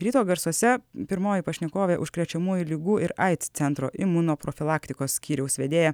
ryto garsuose pirmoji pašnekovė užkrečiamųjų ligų ir aids centro imunoprofilaktikos skyriaus vedėja